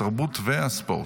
התרבות והספורט.